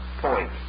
point